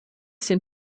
sind